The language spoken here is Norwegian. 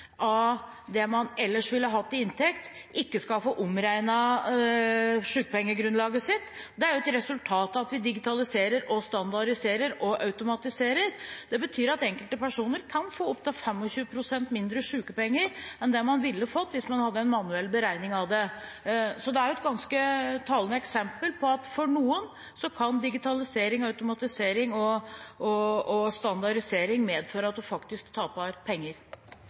av det de ellers ville hatt i inntekt, ikke skal få omregnet sykepengegrunnlaget sitt. Det er et resultat av at vi digitaliserer, standardiserer og automatiserer. Det betyr at enkelte personer kan få opptil 25 pst. mindre i sykepenger enn det de ville fått hvis man hadde en manuell beregning av det. Det er et ganske talende eksempel på at for noen kan digitalisering, automatisering og standardisering medføre at man faktisk taper penger.